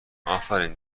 آفرین